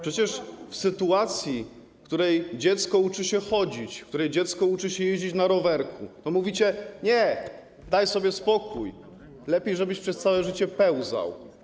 Przecież w sytuacji, w której dziecko uczy się chodzić, w której dziecko uczy się jeździć na rowerku, nie mówicie: nie, daj sobie spokój, lepiej żebyś przez całe życie pełzał.